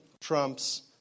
trumps